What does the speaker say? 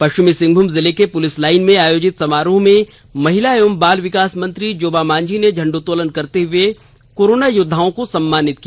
पश्चिम सिंहभूम जिले के police line में आयोजित समारोह में महिला एवं बाल विकास मंत्री जोबा मांझी ने झंडोत्तोलन करते हुए कोरोना योद्वाओं को सम्मानित किया